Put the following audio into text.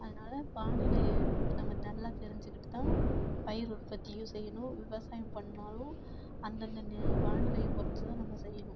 அதனால் வானிலையை நம்ம நல்லா தெரிஞ்சுக்கிட்டு தான் பயிர் உற்பத்தியும் செய்யணும் விவசாயம் பண்ணிணாலும் அந்தந்த வானிலையை பொறுத்து தான் நம்ம செய்யணும்